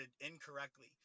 incorrectly